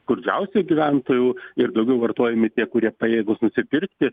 skurdžiausių gyventojų ir daugiau vartojami tie kurie pajėgūs nusipirkti